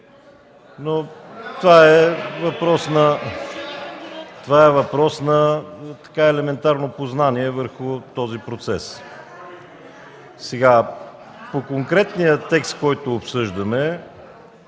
но това е въпрос на елементарно познание върху този процес. По конкретния текст, който обсъждаме,